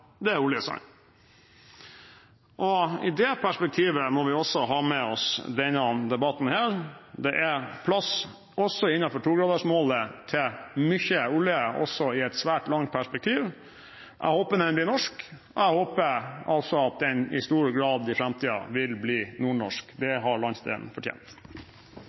etterpå, er oljesand. I det perspektivet må vi også ha med oss denne debatten. Det er plass også innenfor togradersmålet til mye olje også i et svært langt perspektiv. Jeg håper den blir norsk. Jeg håper også at den i stor grad i fremtiden vil bli nordnorsk. Det har landsdelen fortjent.